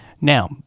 Now